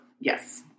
yes